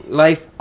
life